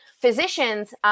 physicians